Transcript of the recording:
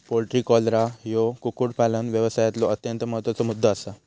poultry cholera ह्यो कुक्कुटपालन व्यवसायातलो अत्यंत महत्त्वाचा मुद्दो आसा